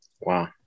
Wow